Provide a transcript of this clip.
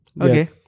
Okay